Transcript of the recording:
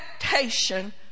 expectation